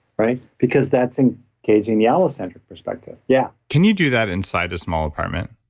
right? because that's ah engaging the allocentric perspective. yeah can you do that inside a small apartment?